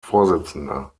vorsitzender